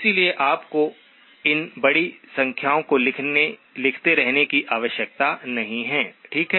इसलिए आपको इन बड़ी संख्याओं को लिखते रहने की आवश्यकता नहीं है ठीक है